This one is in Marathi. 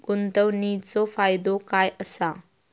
गुंतवणीचो फायदो काय असा?